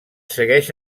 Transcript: segueix